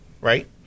right